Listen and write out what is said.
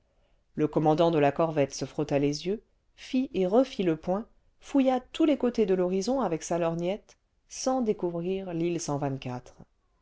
le commandant de la corvette se frotta les yeux fit et refit le point fouilla tous les côtés de fhorizoïi avec sa lorgnette sans découvrir l'île